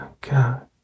God